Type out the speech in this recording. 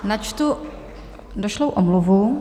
Načtu došlou omluvu.